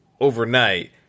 overnight